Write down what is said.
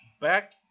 back